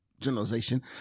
generalization